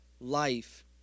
life